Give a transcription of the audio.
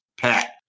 Pat